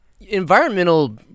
environmental